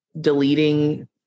deleting